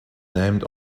named